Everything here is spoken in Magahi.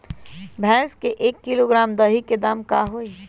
भैस के एक किलोग्राम दही के दाम का होई?